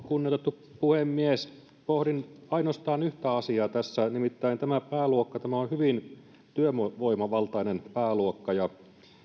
kunnioitettu puhemies pohdin ainoastaan yhtä asiaa tässä nimittäin tämä pääluokka on hyvin työvoimavaltainen